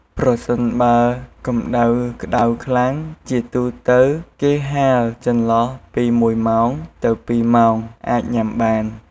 ប្រសិនបើកម្តៅក្តៅខ្លាំង ជាទូទៅគេហាលចន្លោះពី១ម៉ោងទៅ២ម៉ោងអាចញ៉ាំបាន។